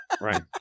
Right